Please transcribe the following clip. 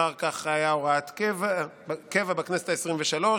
אחר כך הייתה הוראת קבע בכנסת העשרים-ושלוש,